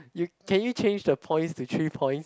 you can you change the points to three points